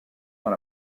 dans